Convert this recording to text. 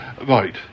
Right